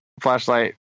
flashlight